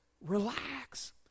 relax